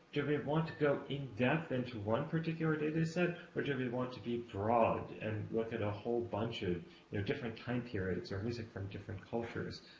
do we and want to go in depth into one particular data set? or do we want to be broad and look at a bunch of you know different time periods or music from different cultures?